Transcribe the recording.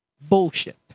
bullshit